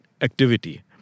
activity